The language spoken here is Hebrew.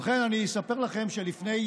ובכן, אני אספר לכם שלפני